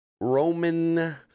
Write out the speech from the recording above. Roman